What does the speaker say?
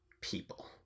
people